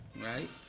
right